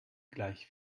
gleich